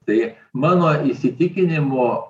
tai mano įsitikinimu